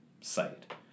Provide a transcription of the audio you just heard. site